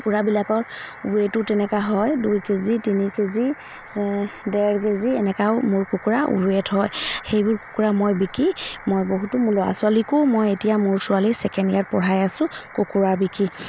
কুকুৰাবিলাকৰ ৱেটো তেনেকুৱা হয় দুই কেজি তিনি কেজি ডেৰ কেজি এনেকুৱাও মোৰ কুকুৰা ৱেট হয় সেইবোৰ কুকুৰা মই বিকি মই বহুতো মোৰ ল'ৰা ছোৱালীকো মই এতিয়া মোৰ ছোৱালী ছেকেণ্ড ইয়াৰত পঢ়াই আছো কুকুৰা বিকি